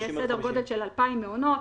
שיש סדר גודל של 2,000 מעונות.